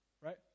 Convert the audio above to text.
right